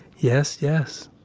yes, yes.